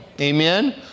Amen